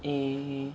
eh